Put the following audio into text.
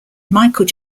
michael